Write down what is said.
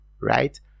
right